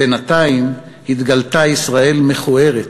בינתיים התגלתה ישראל מכוערת